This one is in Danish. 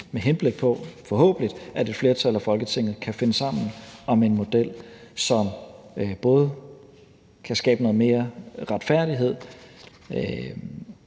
med henblik på at et flertal i Folketinget kan finde sammen om en model, som både kan skabe noget mere retfærdighed